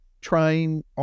trying